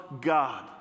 God